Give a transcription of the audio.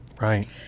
Right